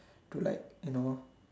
to like you know